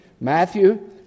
Matthew